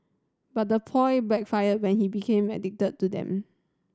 but the ploy backfired when he became addicted to them